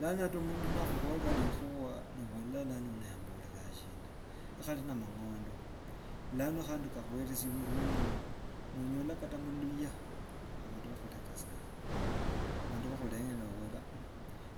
Lano kata mundu nakhuborera rikhuwa nobola lano uno yamboreranga shina, hari na amang'ondo, lano khandi kaweresia murwe mwomu. Onyola kata muluya abandu bakhurecha sana, bandu bakhurecha bhabola